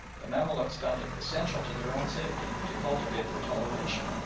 the mamaluks found it essential to their own safety to cultivate their toleration,